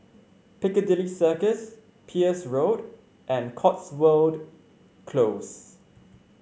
Piccadilly Circus Peirce Road and Cotswold Close